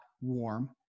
warm